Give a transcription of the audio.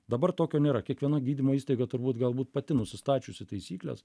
dabar tokio nėra kiekviena gydymo įstaiga turbūt galbūt pati nusistačiusi taisykles